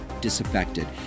disaffected